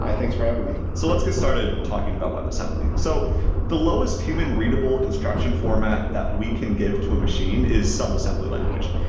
thanks for having me. so let's get started talking about webassembly. so the lowest human-readable instruction format that we can give to a machine is some assembly language,